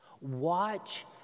watch